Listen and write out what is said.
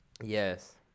Yes